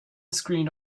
screened